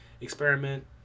experiment